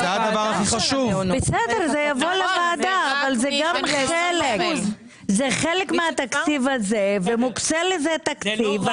אבל זה חלק מהתקציב הזה ומוקצה לזה תקציב,